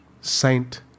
saint